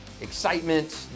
excitement